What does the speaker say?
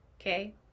Okay